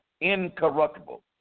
incorruptible